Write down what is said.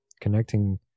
connecting